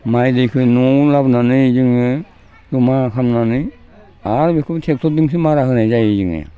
माइ दैखौ न'आव लाबोनानै जोङो जमा खालामनानै आरो बेखौबो ट्रेक्टरजोंसो मारा होनाय जायो जोङो